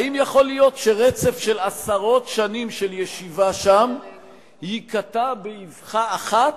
האם יכול להיות שרצף של עשרות שנים של ישיבה שם ייקטע באבחה אחת,